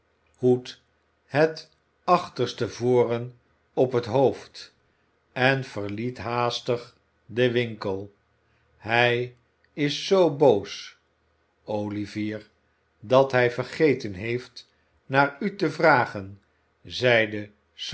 schoenhoed het achterste voren op het hoofd en verliet haastig den winkel hij is zoo boos olivier dat hij vergeten heeft naar u te vragen zeide